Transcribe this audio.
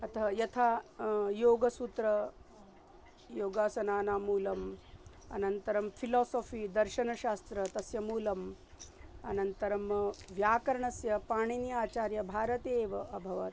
अतः यथा योगसूत्रं योगासनानां मूलम् अनन्तरं फिलोसोफि दर्शनशास्त्र तस्य मूलम् अनन्तरं व्याकरणस्य पाणिनी आचार्य भारते एव अभवत्